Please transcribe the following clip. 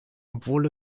obwohl